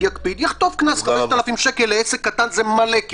אנחנו בודקים חנויות שעומדות במדדים האלה,